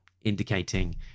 indicating